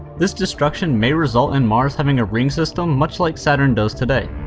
this destruction may result in mars having a ring system much like saturn does today,